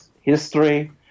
history